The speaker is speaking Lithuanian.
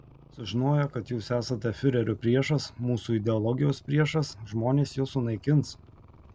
sužinoję kad jūs esate fiurerio priešas mūsų ideologijos priešas žmonės jus sunaikins